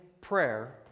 prayer